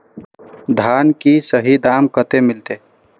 धान की सही दाम कते मिलते?